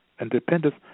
independence